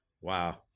Wow